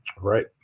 Right